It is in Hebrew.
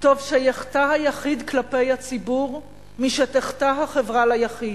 טוב שיחטא היחיד כלפי הציבור משתחטא החברה ליחיד.